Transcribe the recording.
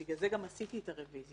בגלל זה גם עשיתי את הרביזיה.